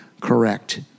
correct